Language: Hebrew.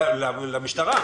למשטרה.